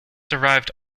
survived